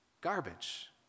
garbage